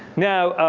now